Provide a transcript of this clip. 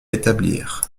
établir